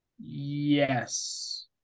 Yes